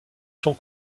sont